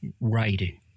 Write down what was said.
writing